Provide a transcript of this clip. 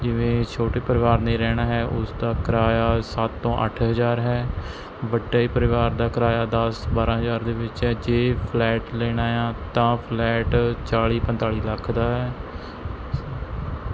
ਜਿਵੇਂ ਛੋਟੇ ਪਰਿਵਾਰ ਨੇ ਰਹਿਣਾ ਹੈ ਉਸ ਦਾ ਕਿਰਾਇਆ ਸੱਤ ਤੋਂ ਅੱਠ ਹਜ਼ਾਰ ਹੈ ਵੱਡੇ ਪਰਿਵਾਰ ਦਾ ਕਿਰਾਇਆ ਦਸ ਬਾਰ੍ਹਾਂ ਹਜ਼ਾਰ ਦੇ ਵਿੱਚ ਹੈ ਜੇ ਫਲੈਟ ਲੈਣਾ ਹੈ ਤਾਂ ਫਲੈਟ ਚਾਲੀ ਪੰਤਾਲੀ ਲੱਖ ਦਾ ਹੈ